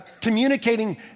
communicating